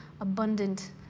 abundant